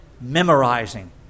memorizing